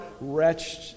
wretched